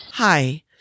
Hi